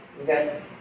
Okay